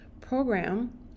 program